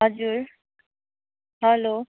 हजुर हेलो